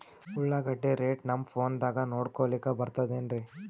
ಉಳ್ಳಾಗಡ್ಡಿ ರೇಟ್ ನಮ್ ಫೋನದಾಗ ನೋಡಕೊಲಿಕ ಬರತದೆನ್ರಿ?